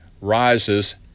rises